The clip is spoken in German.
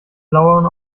blauen